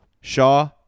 Shaw